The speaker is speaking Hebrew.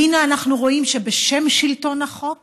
והינה, אנחנו רואים שבשם שלטון החוק